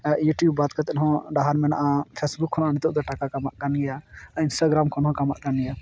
YouTube ᱵᱟᱫ ᱠᱟᱛᱮᱫᱦᱚᱸ ᱰᱟᱦᱟᱨ ᱢᱮᱱᱟᱜᱼᱟ ᱯᱷᱮᱥᱵᱩᱠ ᱠᱷᱚᱱ ᱱᱤᱛᱚᱜ ᱫᱚ ᱴᱟᱠᱟ ᱠᱟᱢᱟᱜ ᱠᱟᱱ ᱜᱮᱭᱟ ᱤᱱᱥᱴᱟᱜᱨᱟᱢ ᱠᱷᱚᱱᱦᱚᱸ ᱠᱟᱢᱟᱜ ᱠᱟᱱ ᱜᱮᱭᱟ